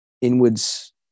inwards